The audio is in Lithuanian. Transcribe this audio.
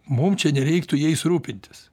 mum čia nereiktų jais rūpintis